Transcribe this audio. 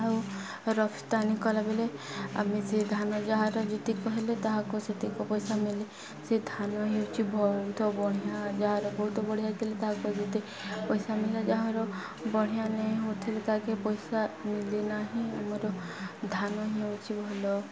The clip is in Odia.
ଆଉ ରପ୍ତାନି କଲାବେଳେ ଆମେ ସେ ଧାନ ଯାହାର ଯେତିକ ହେଲେ ତାହାକୁ ସେତିକ ପଇସା ମିଳେ ସେ ଧାନ ହେଉଛି ବହୁତ ବଢ଼ିଆଁ ଯାହାର ବହୁତ ବଢ଼ିଆ ଦେଲେ ତାହାକୁ ଯେତେ ପଇସା ମିଳିଲା ଯାହାର ବଢ଼ିଆଁ ନେଇ ହଉଥିଲି ତାହାକେ ପଇସା ମିଳି ନାହିଁ ଆମର ଧାନ ହେଉଛି ଭଲ